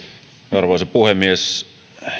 arvoisa puhemies